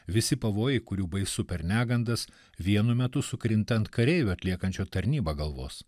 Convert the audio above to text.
visi pavojai kurių baisu per negandas vienu metu sukrinta ant kareivių atliekančių tarnybą galvos